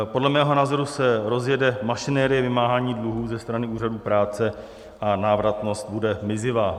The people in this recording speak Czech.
Podle mého názoru se rozjede mašinerie vymáhání dluhů ze strany úřadů práce a návratnost bude mizivá.